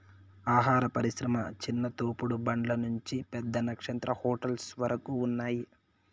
ఆహార పరిశ్రమ చిన్న తోపుడు బండ్ల నుంచి పెద్ద నక్షత్ర హోటల్స్ వరకు ఉన్నాయ్